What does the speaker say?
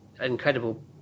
incredible